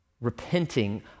Repenting